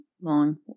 long